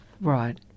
Right